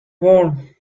worm